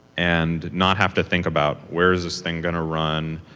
and not have to think about where is this thing going to run.